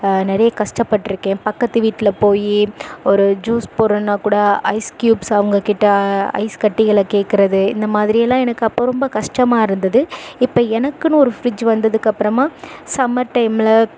நிறைய கஷ்டப்பட்டிருக்கேன் பக்கத்து வீட்டில் போய் ஒரு ஜூஸ் போடுறதுனாக்கூட ஐஸ் க்யூப்ஸ் அவங்க கிட்டே ஐஸ் கட்டிகளை கேட்குறது இந்த மாதிரியெல்லாம் அப்போது எனக்கு ரொம்ப கஷ்டமாக இருந்தது இப்போ எனக்குன்னு ஒரு ஃப்ரிட்ஜ் வந்ததுக்கு அப்புறமா சம்மர் டைமில்